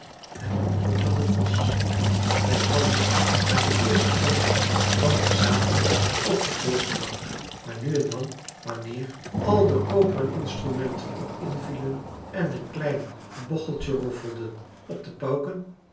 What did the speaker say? en mooi dat het was wij hadden het uit de eerste hand want we zaten op de voorste bank maar nu en dan wanneer al de koperen instrumenten ook invielen en een klein bocheltje roffelde op de pauken